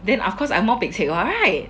then of course I'm more pekcek [what] right